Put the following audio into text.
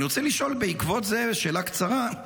אני רוצה לשאול בעקבות זה שאלה קצרה: